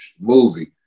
movie